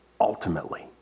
ultimately